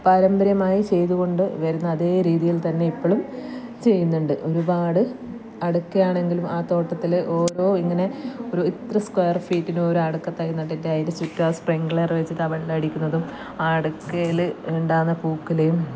പാരമ്പര്യമായി ചെയ്തു കൊണ്ട് വരുന്ന അതേ രീതിയില് തന്നെ ഇപ്പോളും ചെയ്യുന്നുണ്ട് ഒരുപാട് അടയ്ക്കയാണെങ്കിലും ആ തോട്ടത്തിൽ ഓരോ ഇങ്ങനെ ഒരു ഇത്ര സ്ക്വയര് ഫീറ്റീനും ഒരു അടയ്ക്ക തൈ നട്ടിട്ട് അതിന്റെ ചുറ്റും ആ സ്പ്രിങ്ക്ളർ വെച്ചിട്ട് വെള്ളം അടിക്കുന്നതും ആ അടയ്ക്കയിൽ ഉണ്ടാകുന്ന പൂക്കുലയും